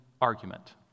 argument